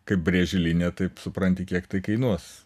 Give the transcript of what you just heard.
kaip brėži liniją taip supranti kiek tai kainuos